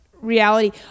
reality